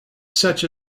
such